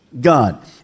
God